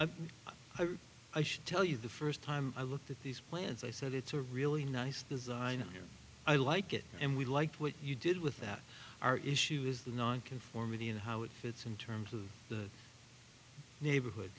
i should tell you the first time i looked at these plans i said it's a really nice design and i like it and we like what you did with that our issue is the nonconformity and how it fits in terms of the neighborhood